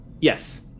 Yes